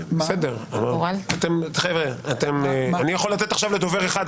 אני יכול לתת עכשיו לדובר אחד,